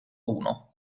uno